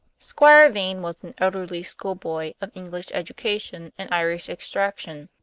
squire vane was an elderly schoolboy of english education and irish extraction.